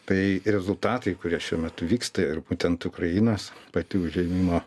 tai rezultatai kurie šiuo metu vyksta ir būtent ukrainos pati užėmimo